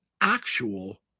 actual